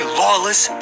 lawless